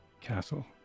castle